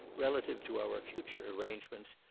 relative to our future arrangements,